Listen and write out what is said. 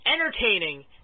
entertaining